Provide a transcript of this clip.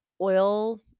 oil